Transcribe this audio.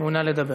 מעוניין לדבר.